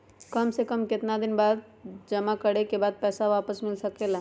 काम से कम केतना दिन जमा करें बे बाद पैसा वापस मिल सकेला?